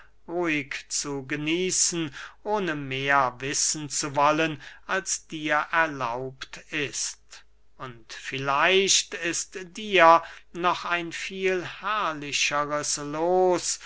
ruhig zu genießen ohne mehr wissen zu wollen als dir erlaubt ist und vielleicht ist dir noch ein viel herrlicheres loos